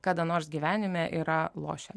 kada nors gyvenime yra lošę